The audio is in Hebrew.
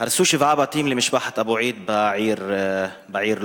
הרסו שבעה בתים למשפחת אבו-עיד בעיר לוד.